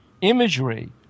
imagery